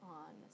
on